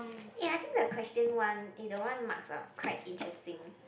ya I think the question one eh the one must ah quite interesting